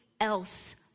else